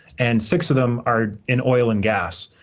and six of them are in oil and gas.